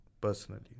personally